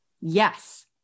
Yes